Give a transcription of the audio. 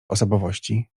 osobowości